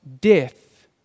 death